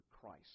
Christ